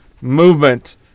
movement